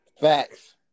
Facts